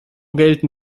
gelten